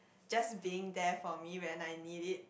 just being there for me when I need it